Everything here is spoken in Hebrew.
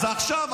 אז זו ההחלטה?